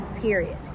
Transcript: Period